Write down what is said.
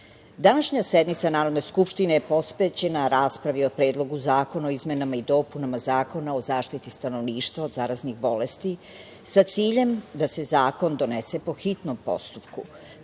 današnja sednica Narodne skupštine je posvećena raspravi o Predlogu zakona o izmenama i dopunama Zakona o zaštiti stanovništva od zaraznih bolesti, sa ciljem da se zakon donese po hitnom postupku,